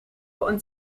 und